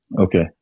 Okay